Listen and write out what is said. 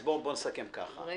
אז בוא נסכם ככה --- רגע,